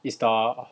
is the